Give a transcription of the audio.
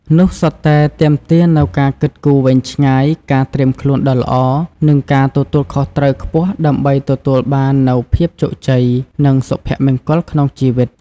នោះសុទ្ធតែទាមទារនូវការគិតគូរវែងឆ្ងាយ ការត្រៀមខ្លួនដ៏ល្អ និងការទទួលខុសត្រូវខ្ពស់ដើម្បីទទួលបាននូវភាពជោគជ័យ និងសុភមង្គលក្នុងជីវិត។